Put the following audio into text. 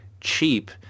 cheap